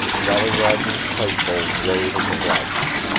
jolly roger's pipe-bowl glowed in the blackness.